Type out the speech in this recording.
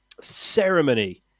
ceremony